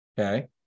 Okay